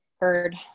heard